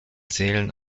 seelen